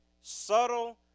subtle